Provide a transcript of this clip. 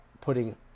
putting